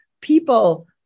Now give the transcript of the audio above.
people